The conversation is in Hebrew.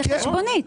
זאת חשבונית.